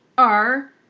are